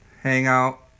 Hangout